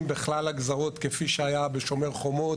בכלל הגזרות כפי שהיה ב"שומר חומות",